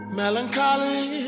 melancholy